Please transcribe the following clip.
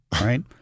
right